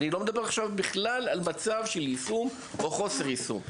אני לא מדבר עכשיו בכלל על מצב של יישום או חוסר יישום.